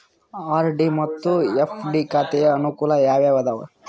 RD ಮತ್ತು FD ಖಾತೆಯ ಅನುಕೂಲ ಯಾವುವು ಅದಾವ?